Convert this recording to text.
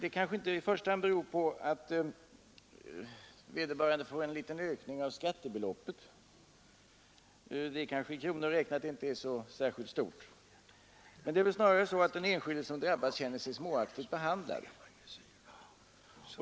I första hand beror det kanske inte på att vederbörande får en liten ökning av skattebeloppet — den är väl i kronor räknat inte särskilt stor — utan det är snarare så, att den enskilde som drabbas känner sig småaktigt behandlad.